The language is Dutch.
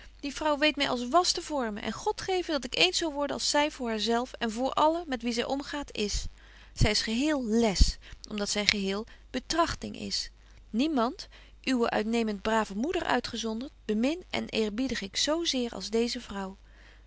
die vrouw weet my als wasch te vormen en god geve dat ik eens zo worde als zy voor haar zelf en voor allen met wie zy omgaat is zy is geheel les om dat zy geheel betrachting is niemand uwe uitnement brave moeder uitgezondert bemin en eerbiedig ik zo zeer als deeze vrouw